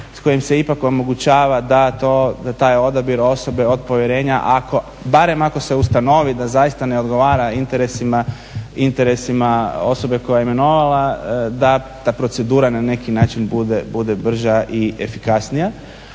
s kojim se ipak omogućava da taj odabir osobe od povjerenje barem ako se ustanovi da zaista ne odgovara interesima osobe koja je imenovala, da ta procedura na neki način bude brža i efikasnija.